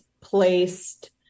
placed